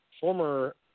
former